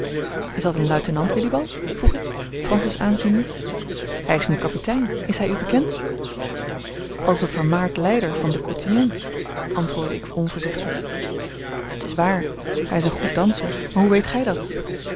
is dat een luitenant willibald vroeg ik francis aanziende hij is nu kapitein is hij u bekend als een vermaard leider van den cotillon antwoordde ik onvoorzichtig t is waar hij is een goed danser maar hoe weet gij dat